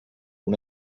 una